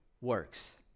works